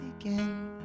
again